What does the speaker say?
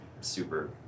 super